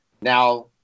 Now